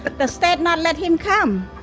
but the state not let him come!